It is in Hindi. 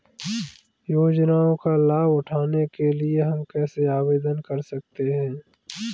योजनाओं का लाभ उठाने के लिए हम कैसे आवेदन कर सकते हैं?